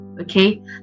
okay